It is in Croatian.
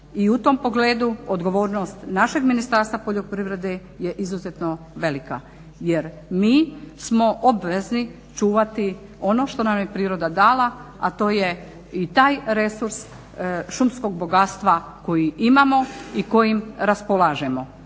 I u tom pogledu odgovornost našeg Ministarstva poljoprivrede je izuzetno velika. Jer mi smo obvezni čuvati ono što nam je priroda dala a to je i taj resurs šumskog bogatstva koji imamo i kojim raspolažemo.